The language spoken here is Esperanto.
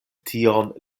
tion